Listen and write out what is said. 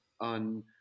on